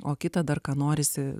o kitą dar ką norisi